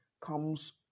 comes